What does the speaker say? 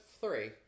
three